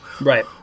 Right